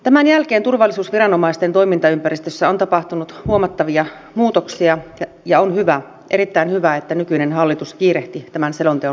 tämän jälkeen turvallisuusviranomaisten toimintaympäristössä on tapahtunut huomattavia muutoksia ja on hyvä erittäin hyvä että nykyinen hallitus kiirehti tämän selonteon laatimista